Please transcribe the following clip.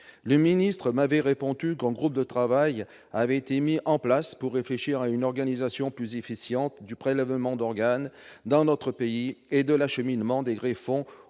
Le ministre m'avait répondu qu'un groupe de travail avait été mis en place pour réfléchir à une organisation plus efficiente du prélèvement d'organes dans notre pays et de l'acheminement des greffons